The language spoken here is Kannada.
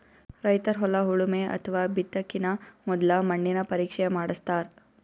ರೈತರ್ ಹೊಲ ಉಳಮೆ ಅಥವಾ ಬಿತ್ತಕಿನ ಮೊದ್ಲ ಮಣ್ಣಿನ ಪರೀಕ್ಷೆ ಮಾಡಸ್ತಾರ್